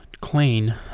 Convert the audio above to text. clean